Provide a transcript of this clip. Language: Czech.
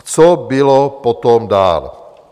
Co bylo potom dál?